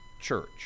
church